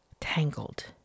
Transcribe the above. tangled